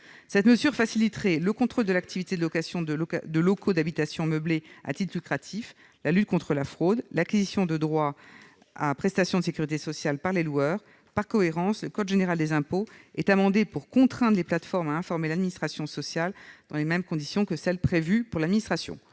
Cette mesure faciliterait le contrôle de l'activité de location de locaux d'habitation meublés à titre lucratif, la lutte contre la fraude, l'acquisition de droits à prestations de sécurité sociale par les loueurs. Par cohérence, le code général des impôts est amendé pour contraindre les plateformes à informer l'administration sociale dans les mêmes conditions que celles qui sont prévues pour l'administration.